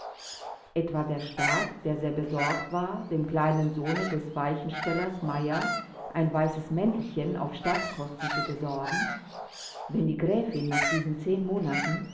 etwa der staat der sehr besorgt war dem kleinen sohne des weichenstellers meyer ein weißes mäntelchen auf staatskosten zu besorgen wenn die gräfin nach diesen zehn monaten